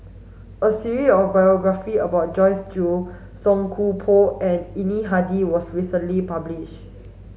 a series of biographies about Joyce Jue Song Koon Poh and Yuni Hadi was recently published